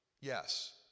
Yes